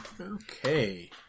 Okay